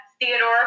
Theodore